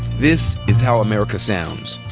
this is how america sounds.